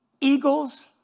eagles